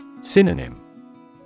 Synonym